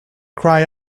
cry